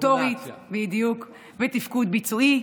מוטורית ותפקוד ביצועי.